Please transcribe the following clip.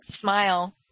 smile